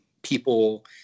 people